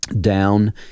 down